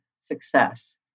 success